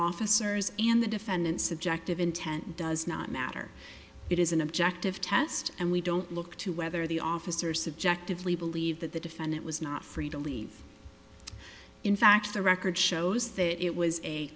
officers and the defendant subjective intent does not matter it is an objective test and we don't look to whether the officer subjectively believed that the defendant was not free to leave in fact the record shows that it was a